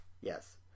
Yes